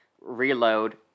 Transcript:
reload